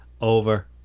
Over